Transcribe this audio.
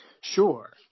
Sure